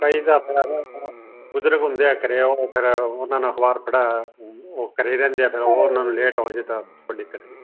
ਭਾਈ ਦਾ ਫੇਰ ਬਜ਼ੁਰਗ ਹੁੰਦੇ ਆ ਘਰੇ ਉਹ ਫਿਰ ਉਹਨਾਂ ਨਾਲ ਅਖ਼ਬਾਰ ਪੜ੍ਹਾ ਉਹ ਘਰੇ ਰਹਿੰਦੇ ਆ ਫੇਰ ਉਹਨਾਂ ਨੂੰ ਲੇਟ ਹੋਜੇ ਤਾਂ ਕੋਈ ਦਿੱਕਤ ਨਹੀਂ